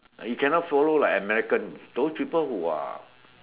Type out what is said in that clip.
you can not follow like Americans those people who are